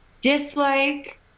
Dislike